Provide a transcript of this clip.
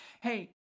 Hey